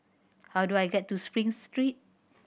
how do I get to Spring Street